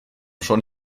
schon